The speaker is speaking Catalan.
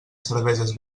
cerveses